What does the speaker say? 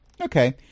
Okay